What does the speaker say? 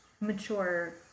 mature